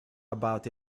about